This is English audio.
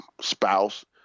spouse